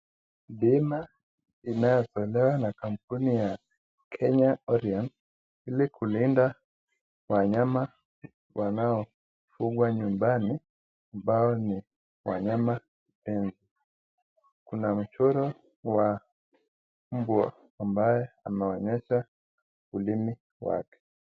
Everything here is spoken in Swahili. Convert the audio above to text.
Bima inayotolewa na kampuni ya (kenya orient) hili kulinda wanyama wanaofugwa nyumbani ambao ni wanyama pema kuna mchoro wa ubwa ambaye ameonyesha ulimi yake.